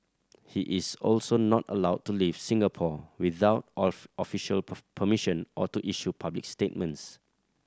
he is also not allowed to leave Singapore without off official permission or to issue public statements